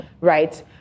Right